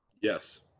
Yes